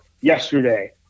yesterday